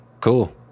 Cool